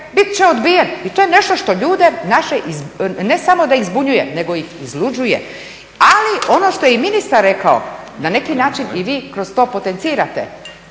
bit će odbijen i to je nešto što ljude naše, ne samo da ih zbunjuje, nego ih izluđuje. Ali ono što je i ministar rekao, na neki način i vi kroz to potencirate,